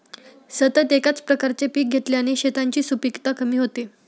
सतत एकाच प्रकारचे पीक घेतल्याने शेतांची सुपीकता कमी होते